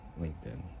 linkedin